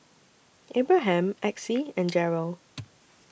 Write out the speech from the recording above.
Abraham Exie and Jerrel